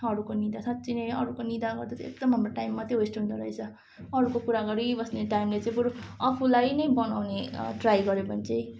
अरूको निन्दा साँच्चै नै अरूको निन्दा गर्दा चाहिँ एकदम हाम्रो टाइम मात्रै वेस्ट हुँदोरहेछ अरूको कुरा गरिबस्ने टाइमले चाहिँ बरू आफूलाई नै बनाउने ट्राई गर्यो भने चाहिँ